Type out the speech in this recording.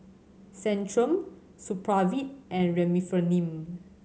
Centrum Supravit and Remifemin